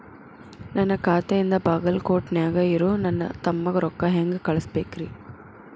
ನನ್ನ ಖಾತೆಯಿಂದ ಬಾಗಲ್ಕೋಟ್ ನ್ಯಾಗ್ ಇರೋ ನನ್ನ ತಮ್ಮಗ ರೊಕ್ಕ ಹೆಂಗ್ ಕಳಸಬೇಕ್ರಿ?